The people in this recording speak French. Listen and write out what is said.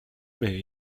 mais